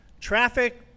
traffic